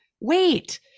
wait